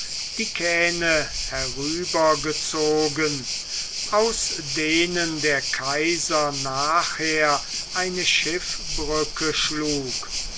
die kähne herübergezogen aus denen der kaiser nachher eine schiffbrücke schlug